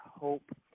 hope